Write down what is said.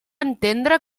entendre